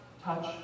Touch